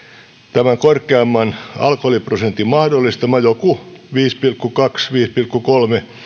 tämän korkeamman alkoholiprosentin mahdollistama joku viisi pilkku kaksi viiva viisi pilkku kolme